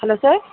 hello sir